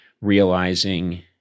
realizing